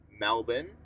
Melbourne